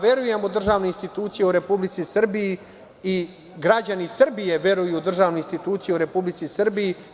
Verujem u državne institucije u Republici Srbiji i građani Srbije veruju u državne institucije u Republici Srbiji.